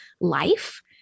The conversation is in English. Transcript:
life